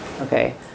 Okay